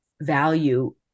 value